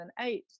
2008